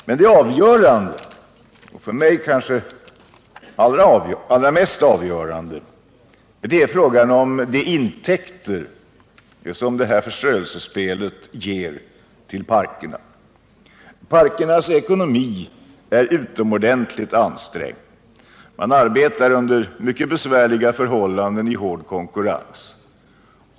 Men det avgörande, för mig kanske det allra mest avgörande, är frågan om de intäkter som detta förströelsespel ger till parkerna. Parkernas ekonomi är utomordentligt ansträngd. Man arbetar under . mycket besvärande förhållanden under hård konkurrens.